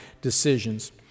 decisions